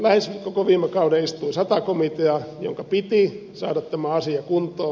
lähes koko viime kauden istui sata komitea jonka piti saada tämä asia kuntoon